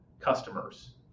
customers